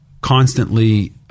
constantly